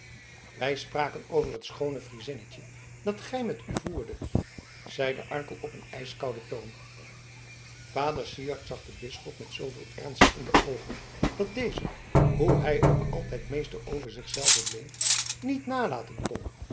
wij spraken over het schoone friezinnetje dat gij met u voerdet zeide arkel op een ijskouden toon vader syard zag den bisschop met zooveel ernst in de oogen dat deze hoe hij ook altijd meester over zich zelven bleef niet nalaten kon